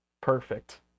perfect